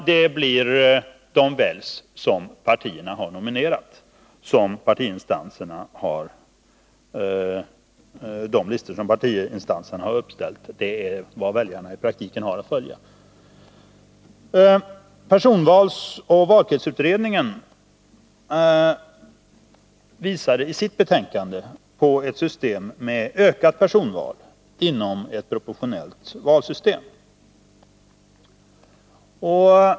De personer väljs som partierna har nominerat. De listor som partiinstanserna har uppställt är vad väljarna i praktiken har att följa. Personvalsoch valkretsutredningen visade i sitt betänkande på ett system med ökat personval inom ett proportionellt valsystem.